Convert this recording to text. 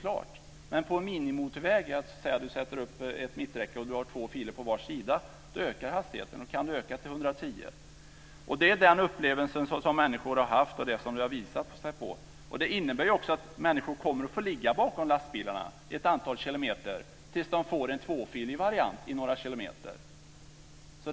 På en minimotorväg där man sätter upp ett mitträcke och har två filer på var sida kan hastigheten öka till 110 kilometer i timmen. Det är den upplevelsen som människor har haft. Det innebär också att människor komma att få ligga bakom lastbilarna ett antal kilometer tills de några kilometer får en tvåfilig variant.